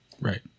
right